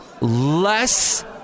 less